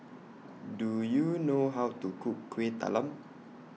Do YOU know How to Cook Kuih Talam